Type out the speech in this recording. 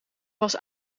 was